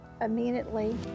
immediately